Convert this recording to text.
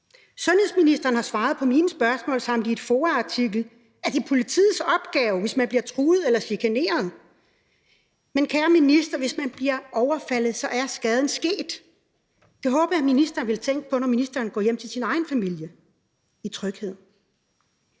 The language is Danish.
Sundhedsministeren har svaret på mine spørgsmål og sagt i en FOA-artikel, at det er politiets opgave, hvis man bliver truet eller chikaneret. Men kære minister, hvis man bliver overfaldet, så er skaden sket. Det håber jeg ministeren vil tænke på, når ministeren går hjem til sin egen familie, i tryghed.